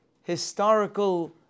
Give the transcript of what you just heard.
historical